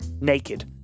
Naked